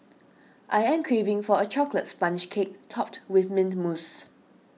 I am craving for a Chocolate Sponge Cake Topped with Mint Mousse